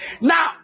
Now